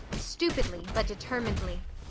stupidly but determinedly.